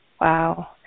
Wow